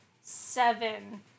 seven